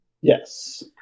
Yes